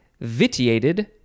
vitiated